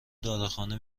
داروخانه